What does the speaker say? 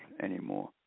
anymore